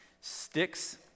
Sticks